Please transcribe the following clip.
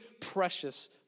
precious